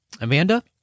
Amanda